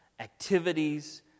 activities